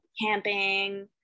camping